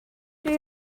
dwi